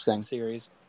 series